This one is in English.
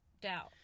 doubt